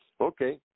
Okay